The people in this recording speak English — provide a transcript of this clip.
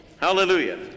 Hallelujah